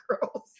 Girls